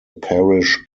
parish